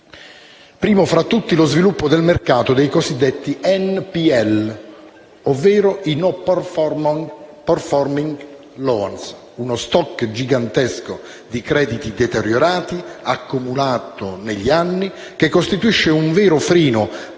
Primo fra tutti è lo sviluppo del mercato dei cosiddetti *non performing loans* (NPL), uno *stock* gigantesco di crediti deteriorati, accumulato negli anni, che costituisce il vero freno da